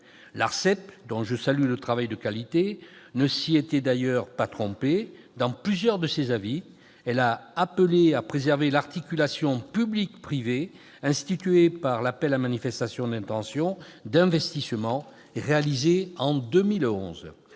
L'ARCEP, dont je salue la qualité du travail, ne s'y était d'ailleurs pas trompée : dans plusieurs de ses avis, elle a appelé à préserver l'articulation public-privé instituée par l'appel à manifestation d'intentions d'investissement réalisé en 2011.